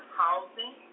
housing